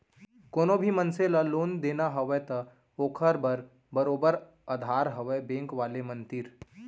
कोनो भी मनसे ल लोन देना हवय त ओखर बर बरोबर अधार हवय बेंक वाले मन तीर